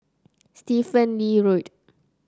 Stephen Lee Road